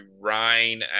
rain